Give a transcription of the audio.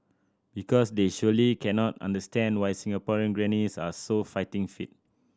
because they surely cannot understand why Singaporean grannies are so fighting fit